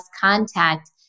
contact